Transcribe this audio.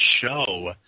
show